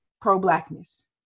pro-blackness